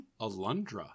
Alundra